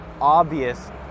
obvious